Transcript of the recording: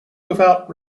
without